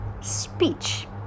speech